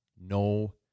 no